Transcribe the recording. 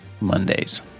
Mondays